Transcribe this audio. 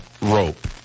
rope